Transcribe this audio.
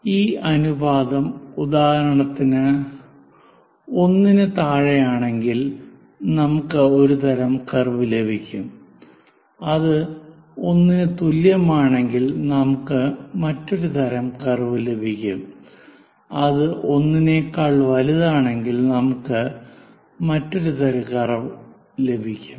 ഈ അനുപാതം ഉദാഹരണത്തിന് 1 നു താഴെ ആണെങ്കിൽ നമുക്ക് ഒരുതരം കർവ് ലഭിക്കും അത് 1 ന് തുല്യമാണെങ്കിൽ നമുക്ക് ഒരുതരം കർവ് ലഭിക്കും അത് 1 നെക്കാൾ വലുതാണെങ്കിൽ നമുക്ക് മറ്റൊരു തരം കർവ് ലഭിക്കും